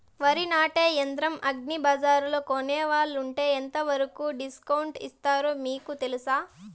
వరి నాటే యంత్రం అగ్రి బజార్లో కొనుక్కోవాలంటే ఎంతవరకు డిస్కౌంట్ ఇస్తారు మీకు తెలుసా?